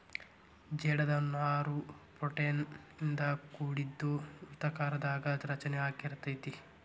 ಜೇಡದ ನಾರು ಪ್ರೋಟೇನ್ ಇಂದ ಕೋಡಿದ್ದು ವೃತ್ತಾಕಾರದಾಗ ರಚನೆ ಅಗಿರತತಿ